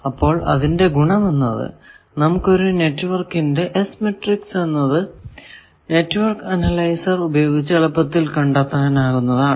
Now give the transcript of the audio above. അപ്പോൾ അതിന്റെ ഗുണം എന്നത് നമുക്ക് ഒരു നെറ്റ്വർക്കിന്റെ S മാട്രിക്സ് എന്നത് നെറ്റ്വർക്ക് അനലൈസർ ഉപയോഗിച്ച് എളുപ്പത്തിൽ കണ്ടെത്താനാകുന്നതാണ്